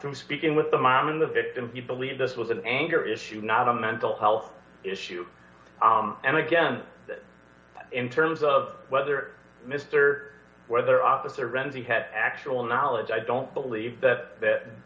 through speaking with the mom and the victim you believe this was an anger issue not a mental health issue and again in terms of whether mr whether officer ramsey had actual knowledge i don't believe that that